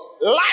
life